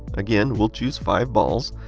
again, we'll choose five balls.